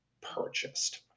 purchased